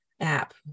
App